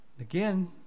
Again